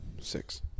six